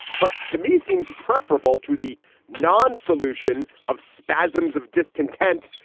but to me seems preferable to the non solution of spasms of discontent,